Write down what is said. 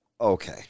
Okay